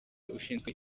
ushinzwe